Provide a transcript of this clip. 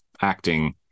acting